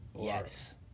Yes